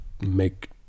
make